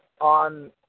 on